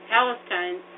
Palestine